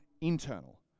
internal